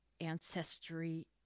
ancestry